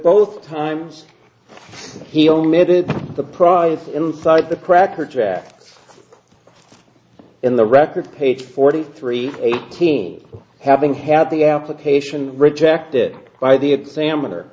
both times he omitted the process inside the crackerjack in the record page forty three eighteen having had the application rejected by the examiner